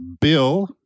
Bill